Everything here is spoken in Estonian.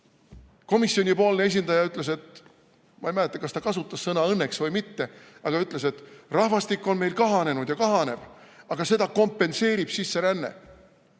Komisjoni esindaja ütles, et – ma ei mäleta, kas ta kasutas sõna "õnneks" või mitte – et rahvastik on meil kahanenud ja kahaneb veel, aga seda kompenseerib sisseränne.